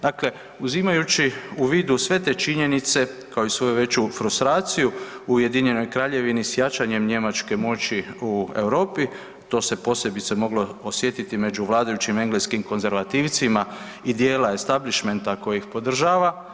Dakle, uzimajući u vidu sve te činjenice kao i sve veću frustraciji u Ujedinjenoj Kraljevini s jačanjem njemačke moći u Europi to se posebice moglo osjetiti među vladajućim engleskim konzervativcima i dijela establišmenta koji ih podržava.